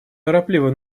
торопливо